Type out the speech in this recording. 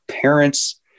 parents